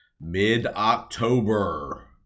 mid-October